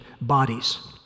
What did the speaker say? bodies